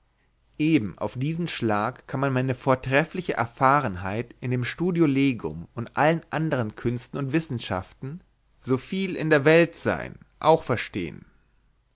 eben auf diesen schlag kann man meine vortreffliche erfahrenheit in dem studio legum und allen anderen künsten und wissenschaften soviel in der welt sein auch verstehen